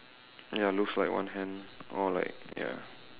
ya looks like one hand or like ya